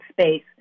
space